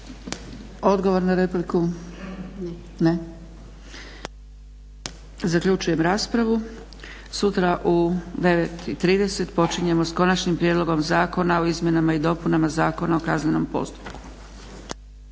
Odgovor na repliku? Ne. Zaključujem raspravu. Sutra u 9,30 počinjemo s Konačnim prijedlogom Zakona o izmjenama i dopunama Zakona o kaznenom postupku.